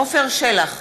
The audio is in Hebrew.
עפר שלח,